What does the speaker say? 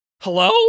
Hello